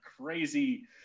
crazy